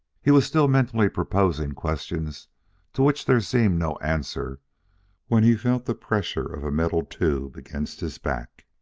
he was still mentally proposing questions to which there seemed no answer when he felt the pressure of a metal tube against his back.